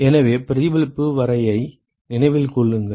எனவே பிரதிபலிப்பு வரையறையை நினைவில் கொள்ளுங்கள்